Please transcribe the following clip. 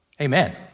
Amen